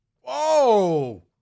whoa